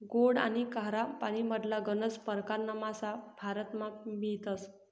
गोड आनी खारा पानीमधला गनज परकारना मासा भारतमा मियतस